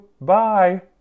bye